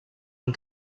amb